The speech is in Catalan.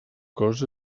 cos